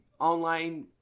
online